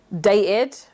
dated